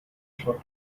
short